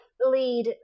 lead